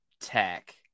tech